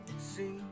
see